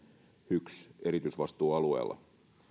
hyks erityisvastuualueella